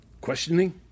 questioning